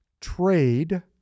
trade